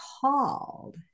called